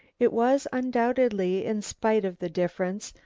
it was undoubtedly, in spite of the difference,